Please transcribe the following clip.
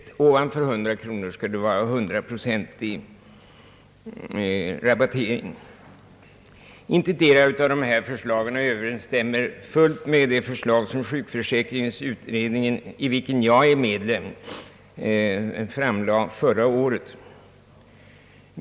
Vid en läkemedelskostnad över 100 kronor skall det vara en 100-procentig rabattering. Ingetdera av dessa förslag överensstämmer fullt med det förslag som sjukförsäkringsutredningen — där jag själv är ledamot — framlade förra året.